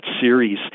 series